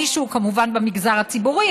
מישהו כמובן במגזר הציבורי,